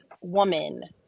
woman